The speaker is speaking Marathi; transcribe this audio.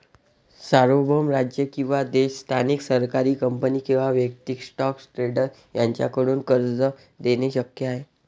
सार्वभौम राज्य किंवा देश स्थानिक सरकारी कंपनी किंवा वैयक्तिक स्टॉक ट्रेडर यांच्याकडून कर्ज देणे शक्य आहे